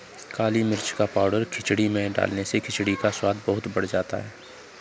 काली मिर्च का पाउडर खिचड़ी में डालने से खिचड़ी का स्वाद बहुत बढ़ जाता है